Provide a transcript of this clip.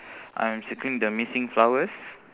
I'm circling the meeting flowers